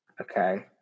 Okay